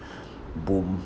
boom